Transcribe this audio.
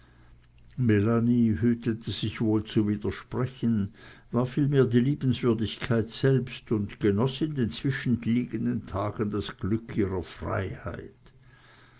hütete sich wohl zu widersprechen war vielmehr die liebenswürdigkeit selbst und genoß in den zwischenliegenden tagen das glück ihrer freiheit